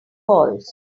falls